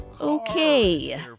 Okay